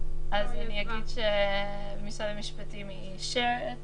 אגיד שמשרד המשפטים אישר את